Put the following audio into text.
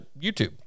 YouTube